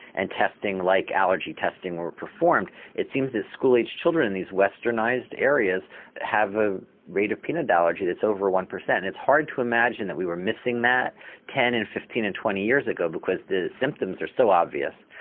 and testing like allergy testing was performed. it seems that school age children in these westernised areas have a rate of peanut allergy that's over one percent and it's hard to imagine that we were missing that ten, and fifteen and twenty years ago because the symptoms are so obvious.